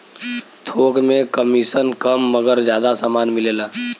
थोक में कमिसन कम मगर जादा समान मिलेला